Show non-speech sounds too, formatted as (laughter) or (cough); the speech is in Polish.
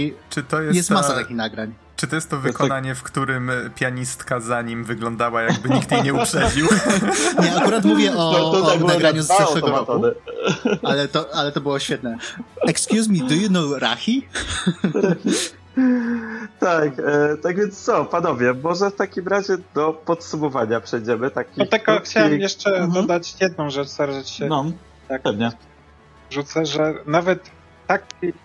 I Czy to jest jest masa ta- takich nagrań. czy to jest to To jest tak- wykonanie, w którym pianistka za nim wyglądała, jakby nikt jej nie uprzedził? (laughs) Nie, akurat mówię (laughs) o- To- to o tak było nagraniu z zeszłego roku, automatony. ale to- ale to było świetne. (laughs) Excuse me, do you know Rahi? (laughs) (laughs) Tak, e, tak więc co, panowie, może w takim razie do podsumowania przejdziemy, takich No tylko chciałem krótki- jeszcze Mhm. dodać jedną rzecz, Sarah, że ci się No, tak pewnie. rzucę, że nawet taki-